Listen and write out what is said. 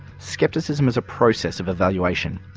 skepticism is a process of evaluation,